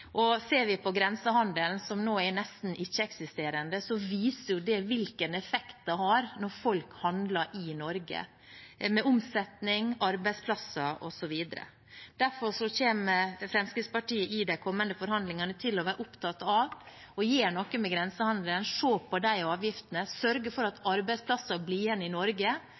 Ser vi på grensehandelen, som nå er nesten ikke-eksisterende, viser det hvilken effekt det har når folk handler i Norge – med omsetning, arbeidsplasser osv. Derfor kommer Fremskrittspartiet i de kommende forhandlingene til å være opptatt av å gjøre noe med grensehandelen, se på de avgiftene, sørge for at arbeidsplasser blir igjen i Norge,